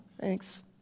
Thanks